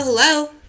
Hello